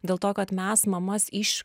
dėl to kad mes mamas iš